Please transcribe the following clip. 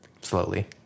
Slowly